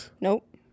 Nope